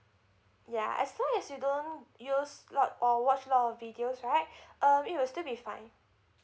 ya as long as you don't use lot or watch lot of videos right uh it will still be fine